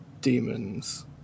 demons